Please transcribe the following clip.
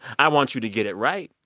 i want you to get it right.